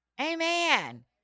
Amen